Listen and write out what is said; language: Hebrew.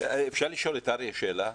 אפשר לשאול את אריה שאלה?